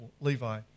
Levi